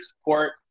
support